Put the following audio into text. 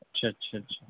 اچھا اچھا اچھا